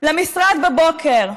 למשרד בבוקר,